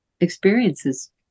experiences